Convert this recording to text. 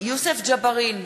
יוסף ג'בארין,